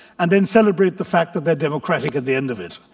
and then celebrate the fact that they're democratic at the end of it.